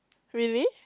really